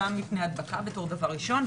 גם מפני הדבקה בתור דבר ראשון,